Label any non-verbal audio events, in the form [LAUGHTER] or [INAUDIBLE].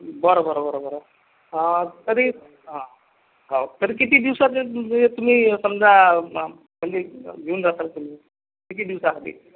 बरं बरं बरं बरं तरी हां हाे तरी किती दिवसा [UNINTELLIGIBLE] तुम्ही समजा म्हणजे घेऊन जाताल तुम्ही किती दिवसासाठी